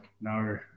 No